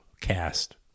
cast